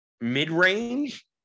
mid-range